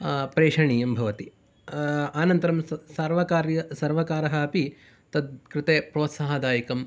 प्रेषणीयम् भवति अनन्तरं सर्वकार्य सर्वकारः अपि तत् कृते प्रोत्साहदायिकं